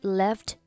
left